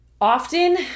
often